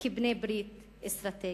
כבעלי-ברית אסטרטגיים.